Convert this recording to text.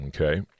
Okay